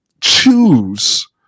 choose